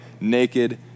naked